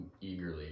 eagerly